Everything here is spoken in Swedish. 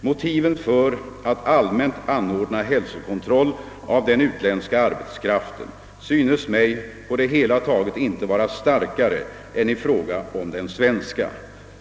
Motiven för att allmänt anordna hälsokontroll av den utländska arbetskraften synes mig på det hela taget inte vara starkare än i fråga om den svenska.